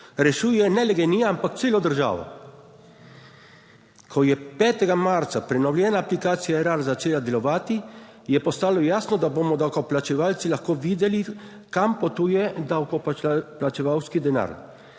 rešuje ne le GEN-I ampak celo državo. Ko je 5. marca prenovljena aplikacija Erar začela delovati, je postalo jasno, da bomo davkoplačevalci lahko videli, kam potuje davkoplačevalski denar.